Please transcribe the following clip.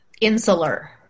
insular